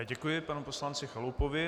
Děkuji panu poslanci Chalupovi.